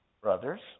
brothers